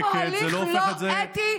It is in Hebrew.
יש פה הליך לא אתי,